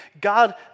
God